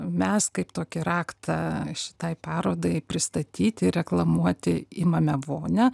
mes kaip tokį raktą šitai parodai pristatyti reklamuoti imame vonią